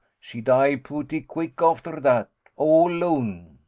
she die pooty quick after dat all lone.